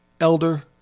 Elder